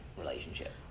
relationship